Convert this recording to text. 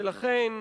ולכן